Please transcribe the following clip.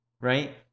right